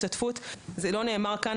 זה לא נאמר כאן,